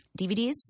DVDs